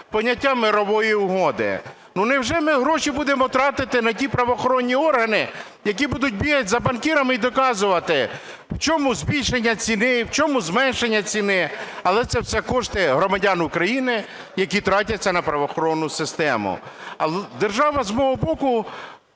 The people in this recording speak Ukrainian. поняття мирової угоди. Невже ми гроші будемо тратити на ті правоохоронні органи, які будуть бігати за банкірами і доказувати, в чому збільшення ціни, в чому зменшення ціни? Але це все коштує громадянам України, які тратяться на правоохоронну систему. Держава, з мого боку